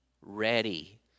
ready